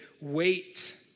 Wait